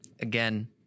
again